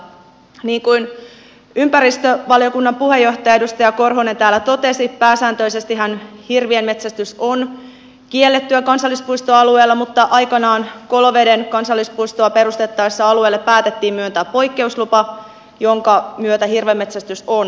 niin kuin ympäristövaliokunnan puheenjohtaja edustaja korhonen täällä totesi pääsääntöisestihän hirvien metsästys on kiellettyä kansallispuistoalueella mutta aikoinaan koloveden kansallispuistoa perustettaessa alueelle päätettiin myöntää poikkeuslupa jonka myötä hirvenmetsästys on mahdollista